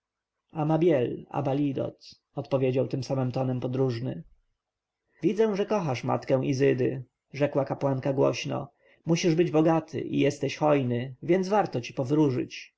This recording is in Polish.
szepnęła anael sachiel amabiel abalidot odpowiedział tym samym tonem podróżny widzę że kochasz matkę izydę rzekła kapłanka głośno musisz być bogaty i jesteś hojny więc warto ci powróżyć